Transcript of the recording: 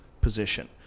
position